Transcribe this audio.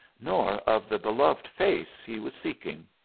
nor of the beloved face he was seeking.